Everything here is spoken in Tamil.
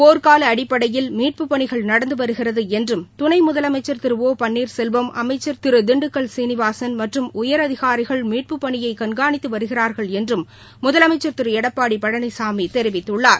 போர்கால அடிப்படையில் மீட்பு பணிகள் நடந்து வருகிறது என்றும் துணை முதலமைச்சர் திரு ஓ பன்னீர் செல்வம் அமைச்சள் திரு திண்டுக்கல் சீனிவாசன் மற்றும் உயர் அதிகாரிகள் மீட்பு பணியை கண்கானித்து வருகிறார்கள் என்றும் முதலமைச்சர் திரு எடப்பாடி பழனிசாமி தெரிவித்துள்ளார்